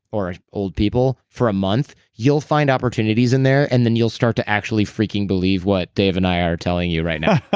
or old people, for a month, you'll find opportunities in there, and then you'll start to actually freaking believe what dave and i are telling you right now